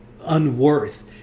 unworth